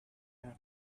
had